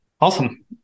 Awesome